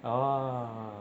orh